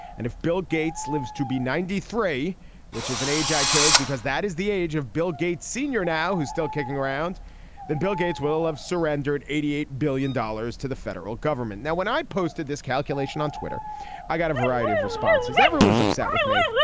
and if bill gates lives to be ninety three which is an age i chose because that is the age of bill gates senior now who's still kicking around then bill gates will have surrendered eighty eight billion dollars to the federal government. now when i posted this calculation on twitter i got a variety of responses everyone's upset with me.